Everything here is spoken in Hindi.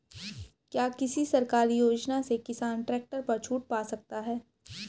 क्या किसी सरकारी योजना से किसान ट्रैक्टर पर छूट पा सकता है?